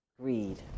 Greed